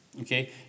Okay